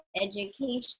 education